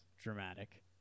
dramatic